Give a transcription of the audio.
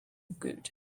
good